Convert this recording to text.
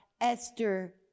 Esther